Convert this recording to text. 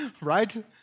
right